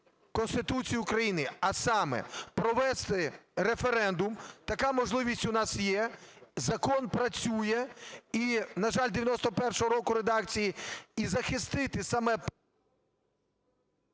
Конституції України, а саме – провести референдум. Така можливість у нас є. Закон працює, на жаль, 91-го року редакції, і захистити саме…